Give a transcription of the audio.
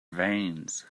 veins